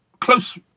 close